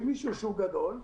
למישהו שהוא גדול,